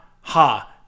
ha